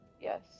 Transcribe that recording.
Yes